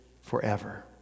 forever